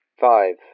Five